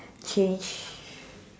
change